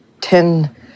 ten